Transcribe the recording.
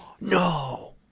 No